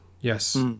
yes